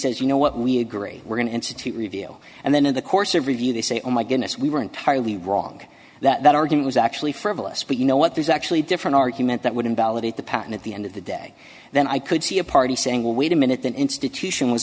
says you know what we agree we're going to institute reveal and then in the course of review they say oh my goodness we were entirely wrong that argument is actually frivolous but you know what there's actually a different argument that would invalidate the patent at the end of the day then i could see a party saying well wait a minute that institution was